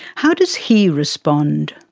how does he respond?